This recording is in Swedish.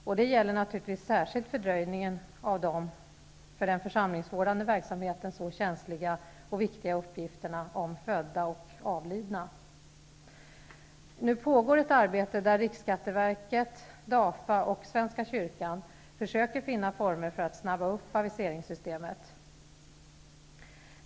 Detta gäller naturligtvis särskilt fördröjningen av de för den församlingsvårdande verksamheten så känsliga och viktiga uppgifterna om födda och avlidna. Nu pågår ett arbete där riksskatteverket, DAFA och svenska kyrkan försöker finna former för att snabba upp aviseringssystemet.